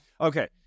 okay